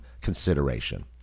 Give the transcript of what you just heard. consideration